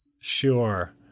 Sure